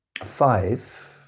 Five